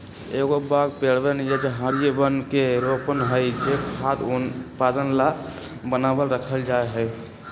एगो बाग पेड़वन या झाड़ियवन के रोपण हई जो खाद्य उत्पादन ला बनावल रखल जाहई